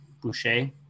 Boucher